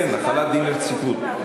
התשע"ד 2014,